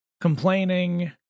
complaining